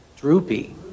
Droopy